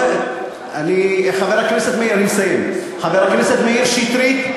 חבר הכנסת מאיר שטרית,